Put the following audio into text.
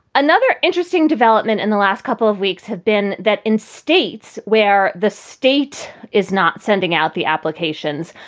another interesting development in the last couple of weeks have been that in states where the state is not sending out the applications,